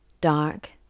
dark